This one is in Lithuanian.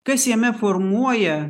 kas jame formuoja